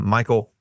Michael